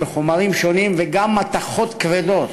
בחומרים שונים וגם במתכות כבדות